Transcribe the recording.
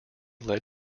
led